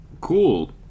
Cool